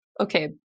okay